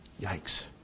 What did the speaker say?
Yikes